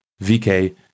VK